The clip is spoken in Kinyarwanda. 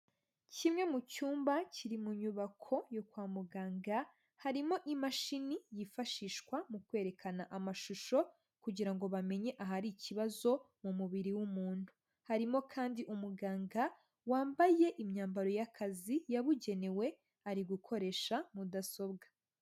Kimwe mu cyumba kiri mu nyubako yo kwa muganga, harimo imashini yifashishwa mu kwerekana amashusho kugira ngo bamenye ahari ikibazo mu mubiri w'umuntu, harimo kandi umuganga wambaye imyambaro y'akazi yabugenewe ari gukoresha mudasobwa.